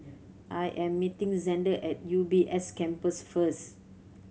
I am meeting Zander at U B S Campus first